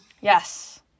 Yes